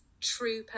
true